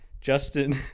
Justin